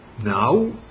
Now